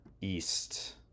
East